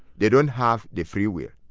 they don't have the free will.